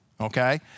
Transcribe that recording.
Okay